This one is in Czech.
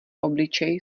obličej